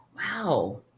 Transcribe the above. Wow